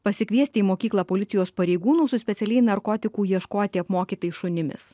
pasikviesti į mokyklą policijos pareigūnų su specialiai narkotikų ieškoti apmokytais šunimis